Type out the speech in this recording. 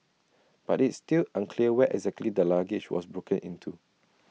but it's still unclear where exactly the luggage was broken into